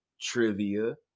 trivia